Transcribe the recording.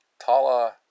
Tala